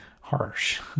harsh